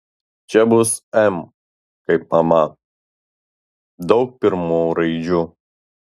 čia bus m kaip mama daug pirmų raidžių